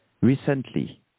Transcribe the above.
Recently